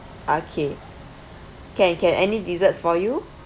okay can can any desserts for you